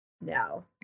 no